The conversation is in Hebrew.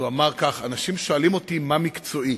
הוא אמר כך: אנשים שואלים אותי מה מקצועי,